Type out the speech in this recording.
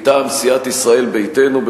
מטעם סיעת ישראל ביתנו,